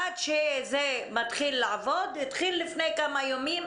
עד שזה מתחיל לעבוד, התחיל לפני כמה ימים,